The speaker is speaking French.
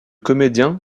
comédien